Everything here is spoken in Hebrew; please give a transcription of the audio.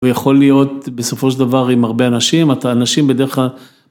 ויכול להיות בסופו של דבר עם הרבה אנשים, את האנשים בדרך כלל...